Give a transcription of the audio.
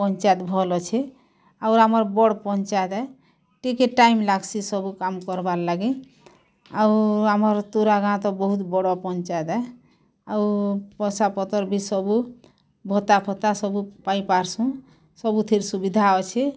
ପଞ୍ଚାୟତ ଭଲ୍ ଅଛେ ଆଉ ଆମର୍ ବଡ଼ ପଞ୍ଚାୟତେ ଟିକେ ଟାଇମ୍ ଲାଗ୍ସି ସବୁ କାମ କରବାର୍ ଲାଗି ଆଉ ଆମର୍ ତୁରା ଗାଁ ତ ବହୁତ ବଡ଼ ପଞ୍ଚାୟତ ଆଉ ପଇସା ପତର୍ ବି ସବୁ ଭତ୍ତା ଫତ୍ତା ସବୁ ପାଇଁ ପାର୍ସୁ ସବୁଥିର୍ ସୁବିଧା ଅଛେ